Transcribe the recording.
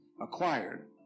acquired